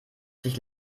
sich